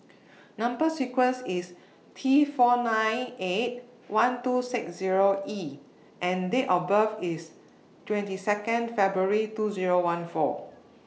Number sequence IS T four nine eight one two six Zero E and Date of birth IS twenty Second February two Zero one four